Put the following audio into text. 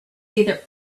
either